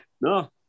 No